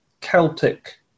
Celtic